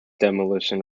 demolition